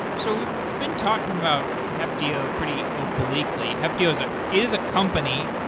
so we've been talking about heptio pretty obliquely. heptio is ah is a company.